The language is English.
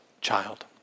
child